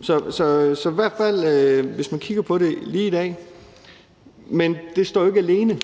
Så det er rigtigt – i hvert fald hvis man kigger på det lige i dag. Men det står ikke alene,